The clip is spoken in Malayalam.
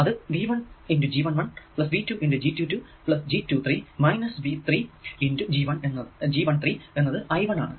അത് V 1 G 1 1 plus V 2 G 2 2 plus G 2 3 minus V 3 G 1 3 എന്നത് I 1 ആണ്